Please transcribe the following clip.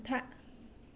हमथा